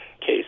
case